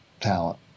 talent